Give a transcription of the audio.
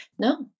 No